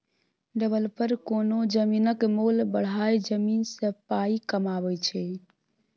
developer कोनो जमीनक मोल बढ़ाए जमीन सँ पाइ कमाबै छै